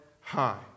high